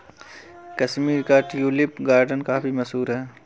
कश्मीर का tulip garden काफी मशहूर है